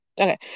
Okay